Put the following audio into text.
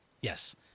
yes